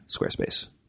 Squarespace